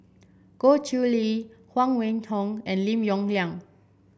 Goh Chiew Lye Huang Wenhong and Lim Yong Liang